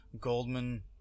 Goldman